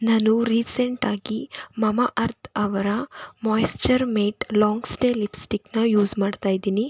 ನಾನು ರೀಸೆಂಟಾಗಿ Mamaearth ಅವರ ಮೋಯ್ಶ್ಚರ್ ಮೇಟ್ ಲಾಂಗ್ ಸ್ಟೇ ಲಿಪ್ಸ್ಟಿಕ್ಕನ್ನು ಯೂಸ್ ಮಾಡ್ತಾ ಇದ್ದೀನಿ